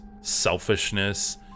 selfishness